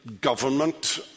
government